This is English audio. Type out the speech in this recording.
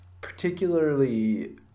particularly